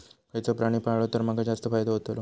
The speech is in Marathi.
खयचो प्राणी पाळलो तर माका जास्त फायदो होतोलो?